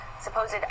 supposed